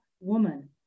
woman